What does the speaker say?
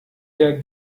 der